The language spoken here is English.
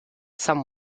some